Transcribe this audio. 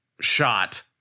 shot